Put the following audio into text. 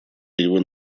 его